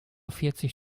vierzig